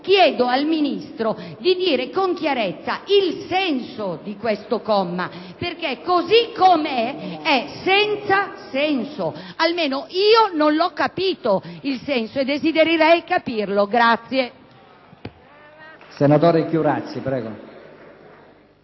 chiedo al Ministro di dire con chiarezza il senso di questo comma, perché così com'è è senza senso. Almeno, io non ne ho capito il senso e desidererei capirlo. *(Applausi dal Gruppo